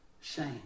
Shame